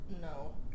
No